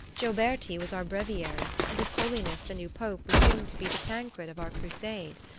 gioberti was our breviary and his holiness the new pope was soon to be the tancred of our crusade.